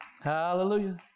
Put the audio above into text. Hallelujah